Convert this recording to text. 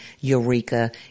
Eureka